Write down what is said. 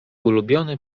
ulubiony